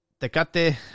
Tecate